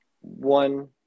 one